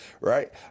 right